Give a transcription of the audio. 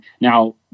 now